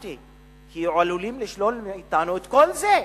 פחדתי, כי עלולים לשלול מאתנו את כל זה.